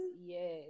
yes